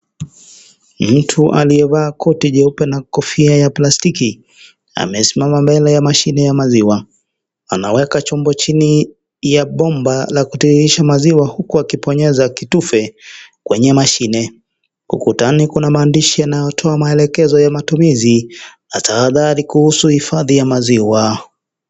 Mtu aliyevaa koti jeupe na kofia ya plastiki amesimama mbele ya machine ya maziwa, anaweka chombo chini ya bomba la kutayarisha maziwa huku akiponyeza kitufe kwenye mashine , ukutani kuna maandishi yanayotoa maelekezo ya matumizi na tahadhari kuhusu hifadhi ya maziwa .